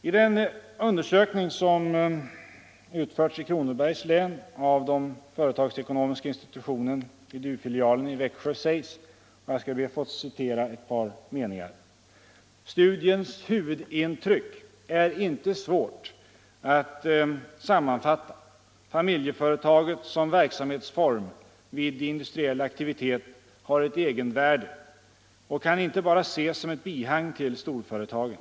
I den undersökning som utförts i Kronobergs län av den företagsekonomiska institutionen vid u-filialen i Växjö sägs — jag skall be att få citera ett par meningar: ”Studiens huvudintryck är inte svårt att sam manfatta: familjeföretaget som verksamhetsform vid industriell aktivitet Nr 136 har ett egenvärde och kan inte bara ses som ett bihang till storföretagen.